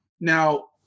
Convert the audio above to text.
now